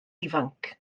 ifanc